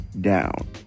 down